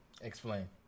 Explain